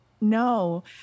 No